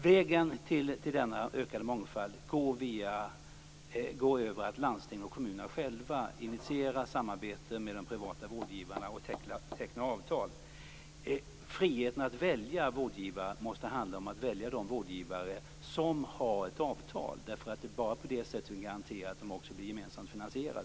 Vägen till denna ökade mångfald går via att landstingen och kommunerna själva initierar samarbete med de privata vårdgivarna och tecknar avtal. Friheten att välja vårdgivare måste handla om att välja de vårdgivare som har ett avtal. Det är bara på det sättet som vi kan garantera att sjukvården också blir gemensamt finansierad.